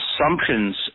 assumptions